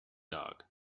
dog